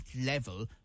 level